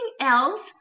else